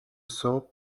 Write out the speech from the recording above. صبح